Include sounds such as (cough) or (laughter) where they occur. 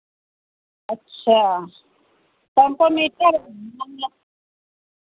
अच्छा तो हमको (unintelligible)